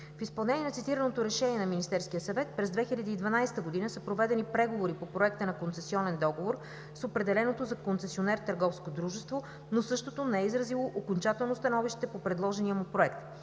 В изпълнение на цитираното решение на Министерския съвет през 2012 г. са проведени преговори по проекта на концесионен договор с определеното за концесионер търговско дружество, но същото не е изразило окончателно становище по предложения му проект.